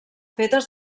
fetes